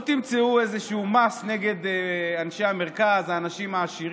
לא תמצאו מס נגד אנשי המרכז, האנשים העשירים.